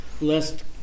lest